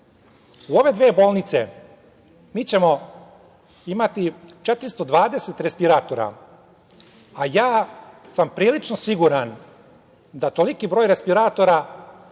U ove dve bolnice mi ćemo imati 420 respiratora, a prilično sam siguran da toliki broj respiratora